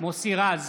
מוסי רז,